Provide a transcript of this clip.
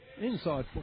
inside